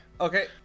Okay